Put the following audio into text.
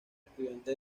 estudiante